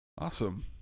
Awesome